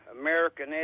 American